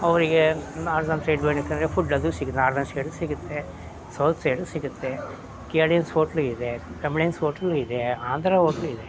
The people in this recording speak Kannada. ಅವರಿಗೆ ನಾರ್ತನ್ ಸೈಡ್ ಬೇಕೆಂದ್ರೆ ಫುಡ್ ಅದು ಸಿಗೋ ನಾರ್ತನ್ ಸೈಡು ಸಿಗುತ್ತೆ ಸೌತ್ ಸೈಡು ಸಿಗುತ್ತೆ ಕೇರ್ಳಿಯನ್ಸ್ ಹೋಟ್ಲು ಇದೆ ತಮಿಳಿಯನ್ಸ್ ಹೋಟ್ಲೂ ಇದೆ ಆಂಧ್ರ ಹೋಟ್ಲು ಇದೆ